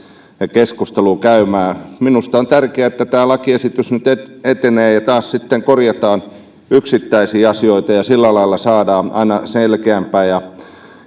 keskustelua käymään minusta on tärkeää että tämä lakiesitys nyt nyt etenee ja taas sitten korjataan yksittäisiä asioita ja sillä lailla saadaan aina selkeämpää ja